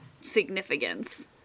significance